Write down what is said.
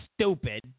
stupid